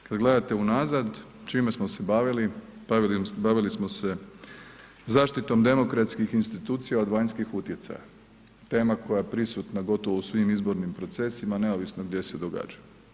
Kad gledate unazad, čime smo se bavili, bavili smo se zaštitom demokratskih institucija od vanjskih utjecaja, tema koja je prisutna gotovo u svim izbornim procesima neovisno gdje se događa.